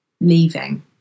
leaving